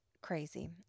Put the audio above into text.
crazy